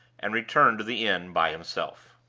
and returned to the inn by himself.